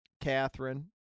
Catherine